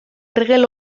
ergel